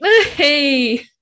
Hey